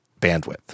bandwidth